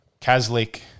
Kazlik